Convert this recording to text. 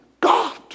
God